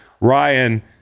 Ryan